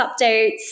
updates